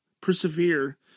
Persevere